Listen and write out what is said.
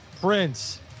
Prince